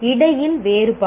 இடையில் வேறுபாடு